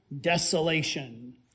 desolation